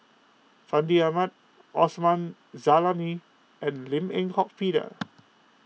Fandi Ahmad Osman Zailani and Lim Eng Hock Peter